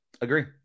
Agree